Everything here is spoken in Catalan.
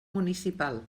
municipal